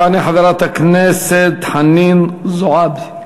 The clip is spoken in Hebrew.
תעלה חברת הכנסת חנין זועַבי.